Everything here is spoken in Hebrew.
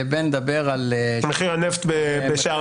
לבין לדבר על -- מחיר הנפט בשער